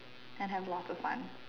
and lots of fun